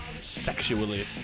sexually